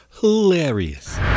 hilarious